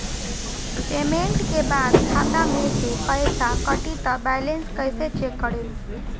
Payment के बाद खाता मे से पैसा कटी त बैलेंस कैसे चेक करेम?